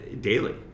daily